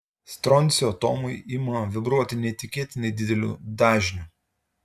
stroncio atomai ima vibruoti neįtikėtinai dideliu dažniu